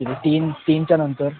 उद्या तीन तीनच्या नंतर